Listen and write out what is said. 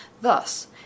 Thus